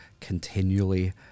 continually